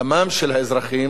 דמם של האזרחים,